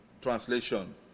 translation